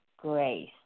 Grace